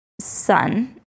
son